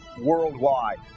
worldwide